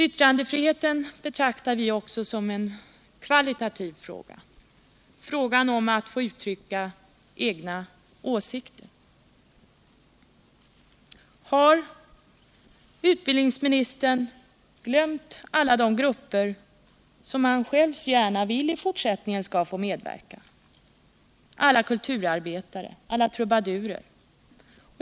Yttrandefriheten betraktar vi i vpk också som en kvalitativ fråga, en fråga om att få uttrycka egna åsikter. Har utbildningsministern glömt alla de grupper som han själv så gärna vill skall få medverka i fortsättningen — alla kulturarbetare och alla trubadurer?